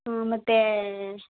ಹಾಂ ಮತ್ತು